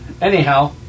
Anyhow